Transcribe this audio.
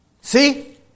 See